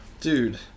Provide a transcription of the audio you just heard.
Dude